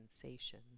sensation